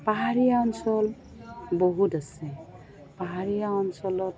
পাহাৰীয়া অঞ্চল বহুত আছে পাহাৰীয়া অঞ্চলত